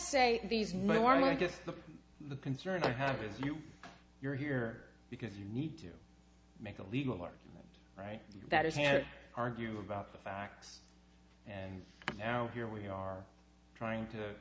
say these my arm i guess the concern i have is you you're here because you need to make a legal argument right that is here argue about the facts and now here we are trying to